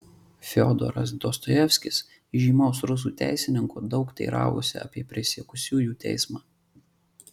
fiodoras dostojevskis įžymaus rusų teisininko daug teiravosi apie prisiekusiųjų teismą